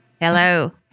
Hello